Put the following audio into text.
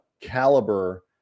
caliber